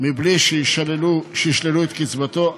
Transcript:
בלי שישללו את קצבתו,